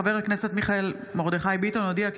חבר הכנסת מיכאל מרדכי ביטון הודיע כי